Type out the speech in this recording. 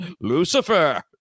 Lucifer